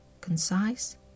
Concise